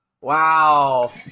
Wow